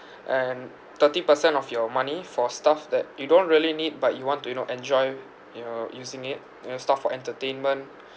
and thirty percent of your money for stuff that you don't really need but you want to you know enjoy you're using it and then stuff for entertainment